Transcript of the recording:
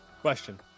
Question